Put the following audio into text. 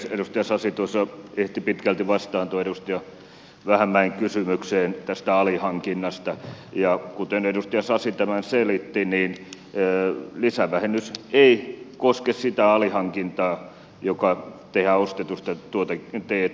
edustaja sasi tuossa ehti jo pitkälti vastata tuohon edustaja vähämäen kysymykseen tästä alihankinnasta ja kuten edustaja sasi tämän selitti niin lisävähennys ei koske sitä alihankintaa joka tehdään ostetusta t k kulusta